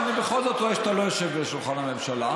אבל אני בכל זאת רואה שאתה לא יושב בשולחן הממשלה.